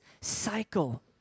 cycle